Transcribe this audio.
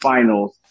Finals